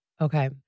Okay